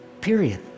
period